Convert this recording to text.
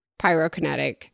pyrokinetic